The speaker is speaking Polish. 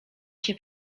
się